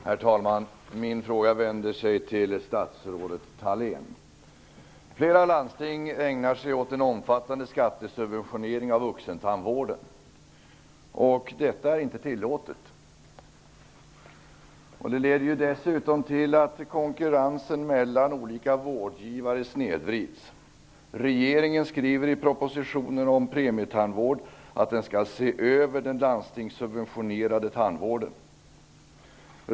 Herr talman! Min fråga vänder sig till statsrådet Flera landsting ägnar sig åt en omfattande skattesubventionering av vuxentandvården, och detta är inte tillåtet. Det leder dessutom till att konkurrensen mellan olika vårdgivare snedvrids. Regeringen skriver i propositionen om premietandvård att den skall se över den landstingssubventionerade tandvården.